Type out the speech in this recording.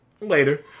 later